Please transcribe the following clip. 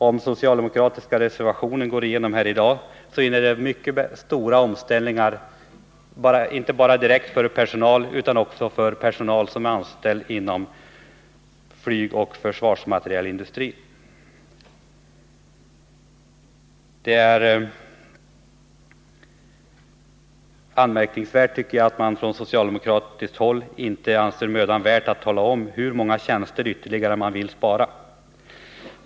Om den socialdemokratiska reservationen går igenom här i dag, så innebär det mycket stora omställningar, inte bara för personal inom försvaret utan också för personal som är anställd inom flygoch försvarsmaterielindustrin. Det är anmärkningsvärt, tycker jag, att man på socialdemokratiskt håll inte anser det mödan värt att tala om hur många tjänster ytterligare man vill spara.